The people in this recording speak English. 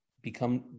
become